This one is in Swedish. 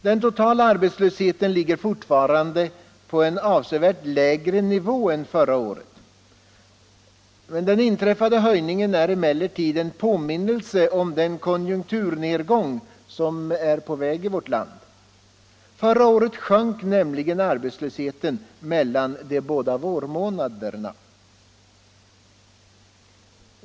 Den totala arbetslösheten ligger fortfarande på en avsevärt lägre nivå än förra årets, men den inträffade höjningen är en påminnelse om den konjunkturnedgång som är på väg i vårt land. Under förra året sjönk nämligen arbetslösheten mellan de båda vårmånaderna.